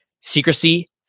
secrecy